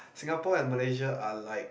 Singapore and Malaysia are like